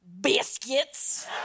biscuits